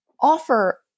offer